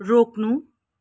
रोक्नु